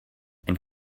and